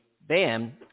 bam